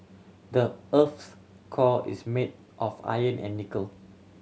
the earth's core is made of iron and nickel